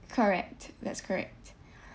correct that's correct